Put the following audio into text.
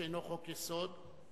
שאינו חוק-יסוד,